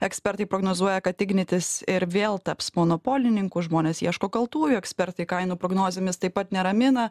ekspertai prognozuoja kad ignitis ir vėl taps monopolininku žmonės ieško kaltųjų ekspertai kainų prognozėmis taip pat neramina